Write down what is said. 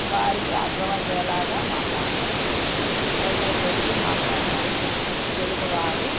వారికి అర్థమయ్యేలాగా మాట్లాడతారు సైగలు చేస్తూ మాట్లాడాలి తెలుగువారు